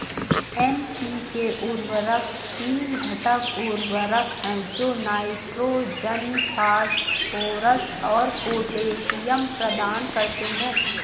NPK उर्वरक तीन घटक उर्वरक हैं जो नाइट्रोजन, फास्फोरस और पोटेशियम प्रदान करते हैं